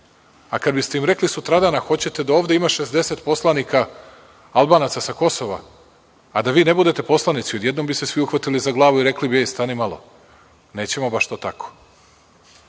kada biste im rekli sutradan da ovde hoćete da imate 60 poslanika Albanaca sa Kosova, a da vi ne budete poslanike, odjednom bi se svi uhvatili za glavu i rekli bi stani malo. Nećemo baš to tako,